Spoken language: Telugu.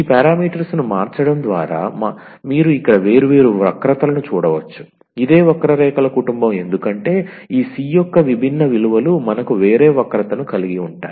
ఈ పారామీటర్స్ ను మార్చడం ద్వారా మీరు ఇక్కడ వేర్వేరు వక్రతలను చూడవచ్చు ఇదే వక్రరేఖల కుటుంబం ఎందుకంటే ఈ c యొక్క విభిన్న విలువలు మనకు వేరే వక్రతను కలిగి ఉంటాయి